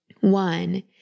One